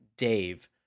Dave